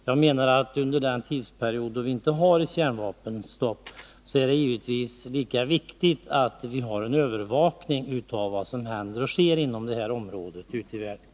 Jag menar att det, under den tid då det inte finns ett avtal om kärnvapenstopp, givetvis är lika viktigt som annars att vi har en övervakning av vad som händer och sker ute i världen på det här området.